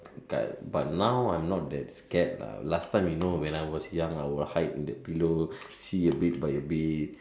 but but now I'm not that scared lah last time you know when I was young I will hide in the pillow see a bit by a bit